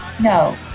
no